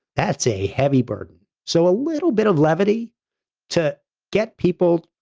that's a heavy burden, so a little bit of levity to get people,